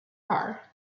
car